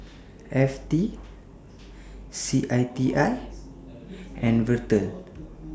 F T C I T I and Vital